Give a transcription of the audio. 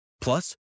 Plus